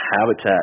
habitat